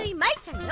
yeah makes it